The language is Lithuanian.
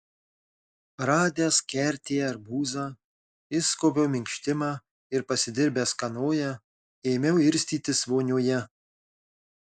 radęs kertėje arbūzą išskobiau minkštimą ir pasidirbęs kanoją ėmiau irstytis vonioje